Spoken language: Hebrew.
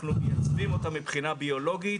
אנחנו מייצבים אותה מבחינה ביולוגית